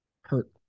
hurt